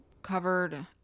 Covered